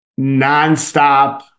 nonstop